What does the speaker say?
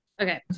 okay